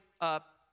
up